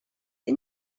این